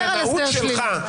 הקנאות שלך,